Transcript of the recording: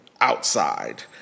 outside